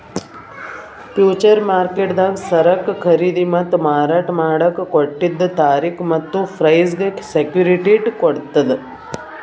future ಮಾರ್ಕೆಟ್ದಾಗ್ ಸರಕ್ ಖರೀದಿ ಮತ್ತ್ ಮಾರಾಟ್ ಮಾಡಕ್ಕ್ ಕೊಟ್ಟಿದ್ದ್ ತಾರಿಕ್ ಮತ್ತ್ ಪ್ರೈಸ್ಗ್ ಸೆಕ್ಯುಟಿಟಿ ಕೊಡ್ತದ್